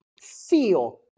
feel